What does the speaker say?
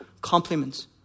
compliments